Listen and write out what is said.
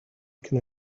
can